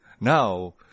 Now